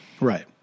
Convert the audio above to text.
Right